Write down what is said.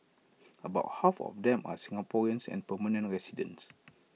about half of them are Singaporeans and permanent residents